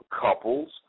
couples